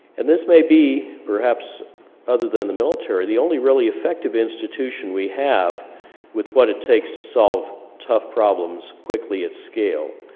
and this may be perhaps other than the military the only really effective institution we have with what it takes to solve tough problems quickly at scale,